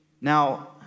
Now